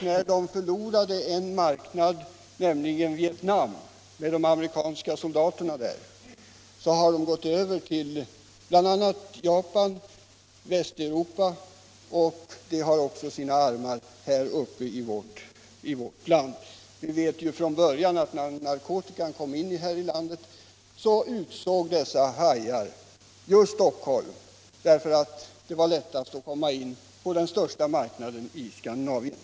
När de förlorade en marknad, nämligen de amerikanska soldaterna i Vietnam, gick de över till bl.a. Japan och Västeuropa, och de har sina förgreningar också här uppe i vårt land. Redan från början, när nar kotika började införas här i landet, utsåg dessa hajar Stockholm, därför Nr 37 att det var lättast att komma in på den största marknaden i Skandinavien.